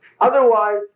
Otherwise